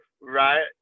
right